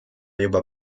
juba